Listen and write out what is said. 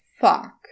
fuck